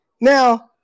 Now